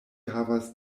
havas